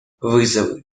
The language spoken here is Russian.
вызовы